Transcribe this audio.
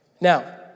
Now